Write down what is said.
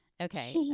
Okay